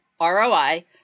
ROI